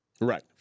Right